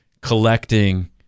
collecting